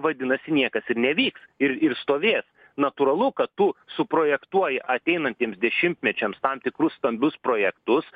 vadinasi niekas ir nevyks ir ir stovės natūralu kad tu suprojektuoji ateinantiems dešimtmečiams tam tikrus stambius projektus